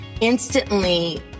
instantly